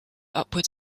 upward